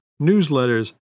newsletters